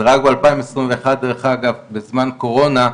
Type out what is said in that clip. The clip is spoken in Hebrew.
זה רק ב-2021 דרך אגב, בזמן קורונה,